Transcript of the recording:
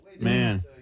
Man